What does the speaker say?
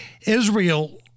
Israel